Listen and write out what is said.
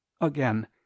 again